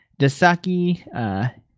Dasaki